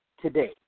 today